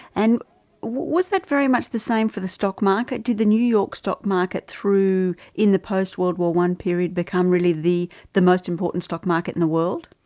and was that very much the same for the stock market? did the new york stock market through in the post world war i period become really the the most important stock market in the world?